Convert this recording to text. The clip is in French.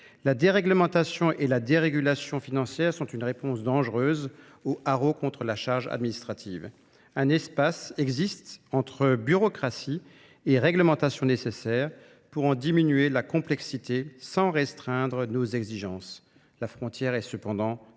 La déréglementation et la dérégulation financière sont une réponse dangereuse au haro contre la charge administrative. Un espace existe entre bureaucratie et réglementation nécessaire pour en diminuer la complexité sans restreindre nos exigences. La frontière est cependant ténue.